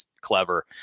clever